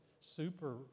super